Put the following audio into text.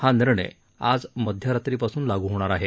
हा निर्णय आज मध्यरात्रीपासून लागू होणार आहे